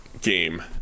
game